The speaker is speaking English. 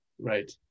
Right